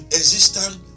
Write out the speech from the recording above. existence